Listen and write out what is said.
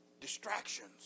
Distractions